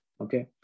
okay